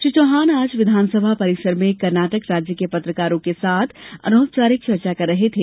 श्री चौहान आज विधानसभा परिसर में कर्नाटक राज्य के पत्रकारों के साथ अनौपचारिक चर्चा कर रहे थे